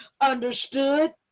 understood